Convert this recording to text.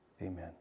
Amen